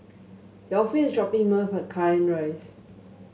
Delphine is dropping me off at Cairnhill Rise